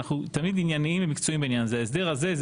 אנחנו תמיד ענייניים ומקצועיים בעניין הזה ההסדר הזה הוא